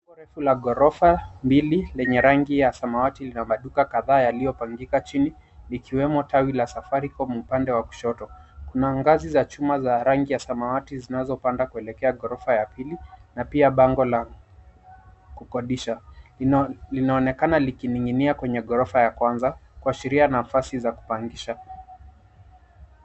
Jengo refu la ghorofa mbili lenye rangi ya samawati lina mduka kadhaa yaliyopangika chini likiwemo tawi la Safaricom upande wa kushoto. Kuna ngazi za chuma za rangi ya samawati zinazopanda kuelekea ghorofa ya pili na pia bango la kukodisha linaonekana likining'inia kwenye ghorofa ya kwanza kuashiria nafasi za kupangisha.